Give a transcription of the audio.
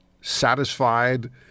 satisfied